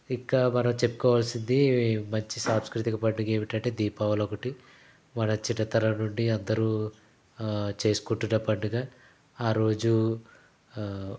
ఇంకా మనం చెప్పుకోవాల్సింది మంచి సాంస్కృతిక పండుగ ఏమిటంటే దీపావళి ఒకటి మన చిన్నతనం నుండి అందరు చేసుకుంటున్న పండుగ ఆరోజు